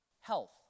health